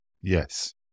Yes